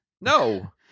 No